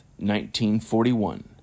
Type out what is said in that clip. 1941